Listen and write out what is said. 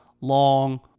long